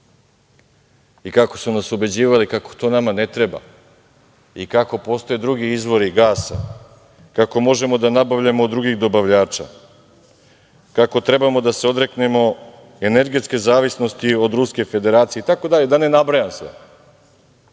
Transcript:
i kako su nas ubeđivali kako to nama ne treba i kako postoje drugi izvori gasa, kako možemo da nabavljamo od drugih dobavljača, kako treba da se odreknemo energetske zavisnosti od Ruske Federacije, i tako dalje, da ne nabrajam sve. Da